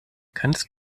kannst